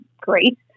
great